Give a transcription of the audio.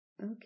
Okay